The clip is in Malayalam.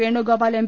വേണുഗോപാൽ എം